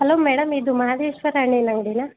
hello madam ಇದು ಮಹದೇಶ್ವರ ಹಣ್ಣಿನ ಅಂಗಡಿಯಾ